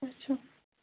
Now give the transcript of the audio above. اَچھا